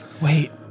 Wait